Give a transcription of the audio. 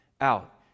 out